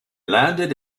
landed